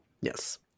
Yes